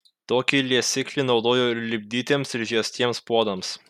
tokį liesiklį naudojo ir lipdytiems ir žiestiems puodams